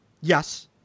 Yes